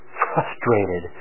frustrated